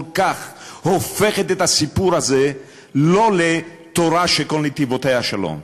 כל כך הופכת את הסיפור הזה לא לתורה שכל נתיבותיה שלום.